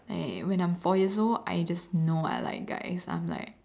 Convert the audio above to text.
like when I'm four years old I just know I like guys I was like